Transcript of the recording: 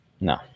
No